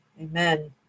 Amen